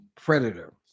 predator